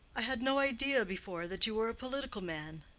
i had no idea before that you were a political man.